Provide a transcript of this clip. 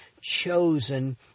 chosen